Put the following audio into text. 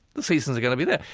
the seasons are going to be there.